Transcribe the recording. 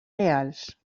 reals